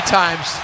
times